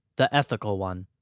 the ethical one.